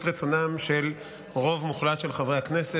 רצונם של רוב מוחלט של חברי הכנסת,